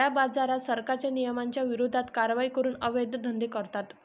काळ्याबाजारात, सरकारच्या नियमांच्या विरोधात कारवाई करून अवैध धंदे करतात